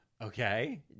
Okay